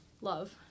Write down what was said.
love